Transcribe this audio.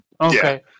Okay